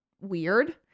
weird